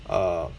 err